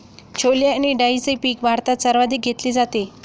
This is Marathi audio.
छोले आणि डाळीचे पीक भारतात सर्वाधिक घेतले जाते